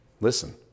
Listen